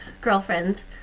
girlfriends